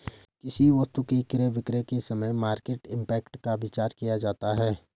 किसी वस्तु के क्रय विक्रय के समय मार्केट इंपैक्ट का विचार किया जाता है